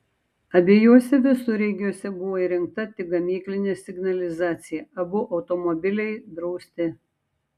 abiejuose visureigiuose buvo įrengta tik gamyklinė signalizacija abu automobiliai drausti